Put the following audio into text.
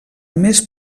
més